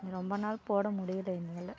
ரொம்ப நாள் போட முடியல என்னால்